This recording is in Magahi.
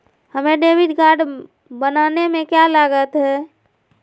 हमें डेबिट कार्ड बनाने में का लागत?